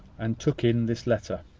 and took in this letter.